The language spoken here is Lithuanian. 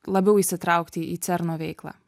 labiau įsitraukti į cerno veiklą